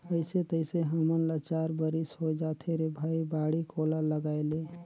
अइसे तइसे हमन ल चार बरिस होए जाथे रे भई बाड़ी कोला लगायेले